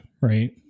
right